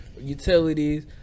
utilities